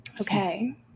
Okay